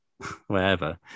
wherever